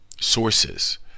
sources